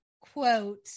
quote